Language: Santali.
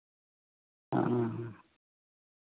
ᱚ